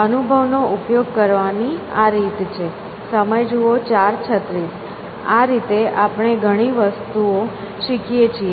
અનુભવનો ઉપયોગ કરવાનો આ રીત છે આ રીતે આપણે ઘણી વસ્તુઓ શીખીએ છીએ